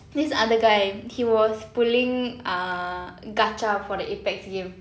this other guy he was pulling uh gacha for the Apex game